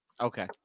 Okay